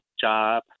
job